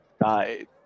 died